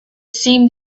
seemed